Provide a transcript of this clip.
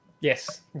Yes